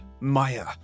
Maya